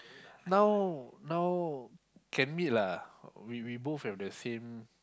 now now can meet lah we we both have the same